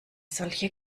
solche